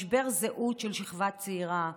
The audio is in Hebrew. משבר זהות של שכבה צעירה,